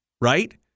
Right